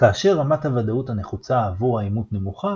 כאשר רמת הודאות הנחוצה עבור האימות נמוכה,